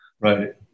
Right